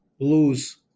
lose